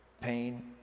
pain